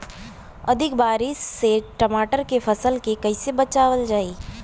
अधिक बारिश से टमाटर के फसल के कइसे बचावल जाई?